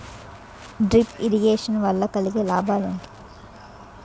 Drip irrigation వల్ల కలిగే లాభాలు ఏంటి?